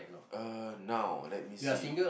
uh now let me see